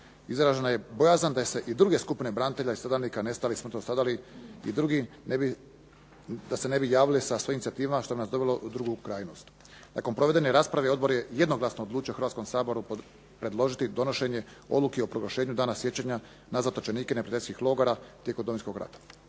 Izražena je bojazan da se i druge skupine branitelja i stradalnika, nestalnih i smrtno stradalih da se ne bi javile sa svojim inicijativama, što bi nas dovelo u drugu krajnost. Nakon provedene rasprave Odbor je jednoglasno odlučio Hrvatskom saboru predložiti donošenje Odluke o proglašenju Dana sjećanja na zatočenike neprijateljskih logora tijekom Domovinskog rata.